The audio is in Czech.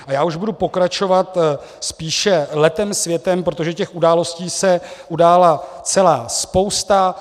A já už budu pokračovat spíše letem světem, protože těch událostí se udála celá spousta.